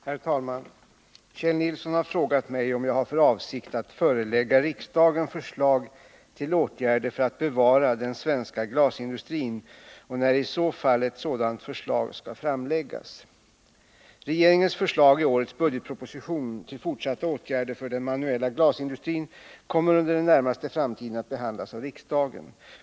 Herr talman! Kjell Nilsson har frågat mig om jag har för avsikt att förelägga riksdagen förslag till åtgärder för att bevara den svenska glasindustrin och när i så fall ett sådant förslag skall framläggas. Regeringens förslag i årets budgetproposition till fortsatta åtgärder för den manuella glasindustrin kommer under den närmaste framtiden att behandlas av riksdagen.